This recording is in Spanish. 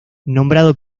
nombrado